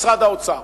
משרד האוצר.